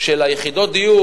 של יחידות הדיור.